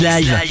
Live